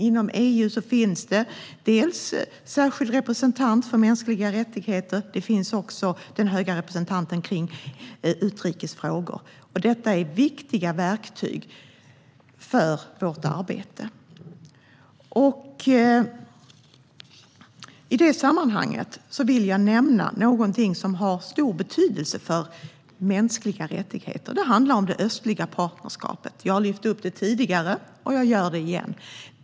Inom EU finns det en särskild representant för mänskliga rättigheter. Där finns också den höga representanten för utrikes frågor. Detta är viktiga verktyg i vårt arbete. I det sammanhanget vill jag nämna någonting som har stor betydelse för mänskliga rättigheter. Det handlar om det östliga partnerskapet. Jag har lyft upp det tidigare, och jag gör det igen.